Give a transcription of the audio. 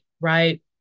right